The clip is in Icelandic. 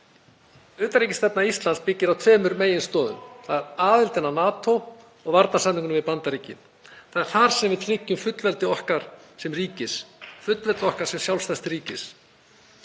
aðildinni að NATO og varnarsamningnum við Bandaríkin. Það er þar sem við tryggjum fullveldi okkar sem ríkis, fullveldi okkar sem sjálfstæðs ríkis.